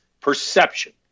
perception